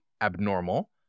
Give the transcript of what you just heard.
abnormal